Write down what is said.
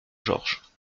georges